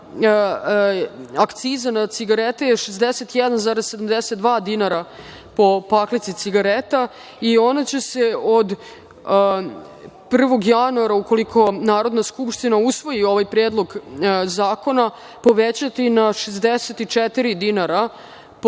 akciza na cigarete je 61,72 dinara po paklici cigareta i ona će se od 1. januara, ukoliko Narodna skupština usvoji ovaj Predlog zakona, povećani na 64 dinara po pakli, što